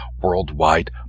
Worldwide